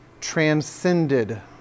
transcended